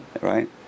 Right